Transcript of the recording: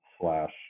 slash